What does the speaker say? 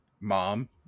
Mom